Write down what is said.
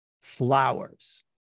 flowers